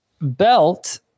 Belt